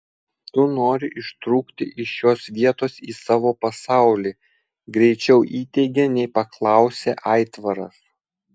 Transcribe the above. tu nori ištrūkti iš šios vietos į savo pasaulį greičiau įteigė nei paklausė aitvaras